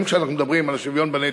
היום, כשאנחנו מדברים על השוויון בנטל,